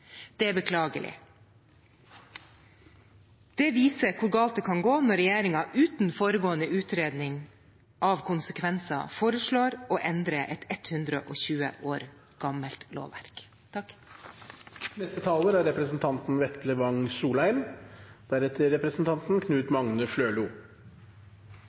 Det er beklagelig. Det viser hvor galt det kan gå når regjeringen, uten foregående utredning av konsekvenser, foreslår å endre et 120 år gammelt lovverk. Først må jeg ta tak i det siste som ble sagt fra Juvik og Lyngedal angående verk og bruk. Dette er